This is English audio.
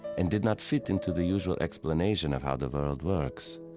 and did not fit into the usual explanation of how the world works.